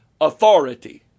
Authority